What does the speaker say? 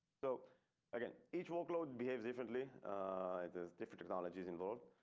so again each workload behave differently it is different technologies involved.